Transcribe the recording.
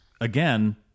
again